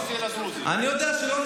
אל תעשו כאילו